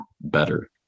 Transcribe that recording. better